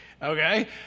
Okay